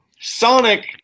Sonic